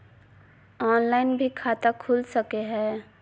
Online भी खाता खूल सके हय?